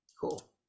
Cool